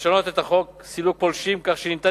לשנות את חוק סילוק פולשים כך שניתן